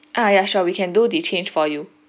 ah ya sure we can do the change for you